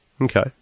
Okay